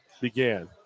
began